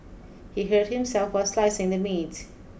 he hurt himself while slicing the meat